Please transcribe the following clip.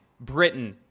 Britain